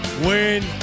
win